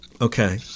Okay